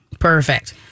Perfect